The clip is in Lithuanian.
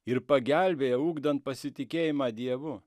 ir pagelbėjo ugdant pasitikėjimą dievu